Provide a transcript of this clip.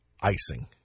icing